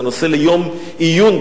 זה נושא ליום עיון בכנסת,